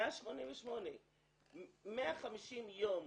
188. עברו 150 יום,